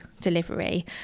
delivery